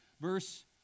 Verse